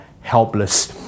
helpless